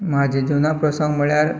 म्हाजे जिवनांत प्रसंग म्हळ्यार